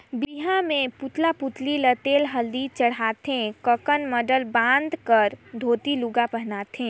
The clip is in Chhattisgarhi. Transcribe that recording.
बिहा मे पुतला पुतली ल तेल हरदी चढ़ाथे ककन मडंर बांध कर धोती लूगा पहिनाथें